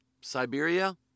Siberia